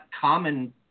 common